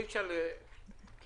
כי